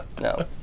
No